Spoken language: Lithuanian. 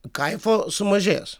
kaifo sumažės